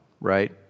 right